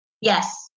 Yes